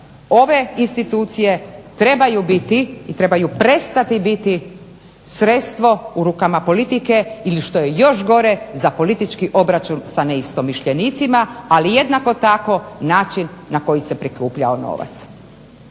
ove institucije trebaju biti i trebaju prestati biti sredstvo u rukama politike ili što je još gore za politički obračun sa neistomišljenicima, ali jednako tako način na koji se prikupljao novac.